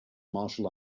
martial